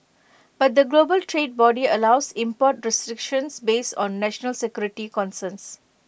but the global trade body allows import restrictions based on national security concerns